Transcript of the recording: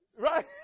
Right